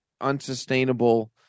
unsustainable